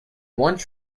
one